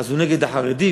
אז הוא נגד החרדים,